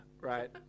right